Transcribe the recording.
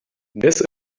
this